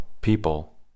people